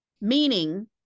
meaning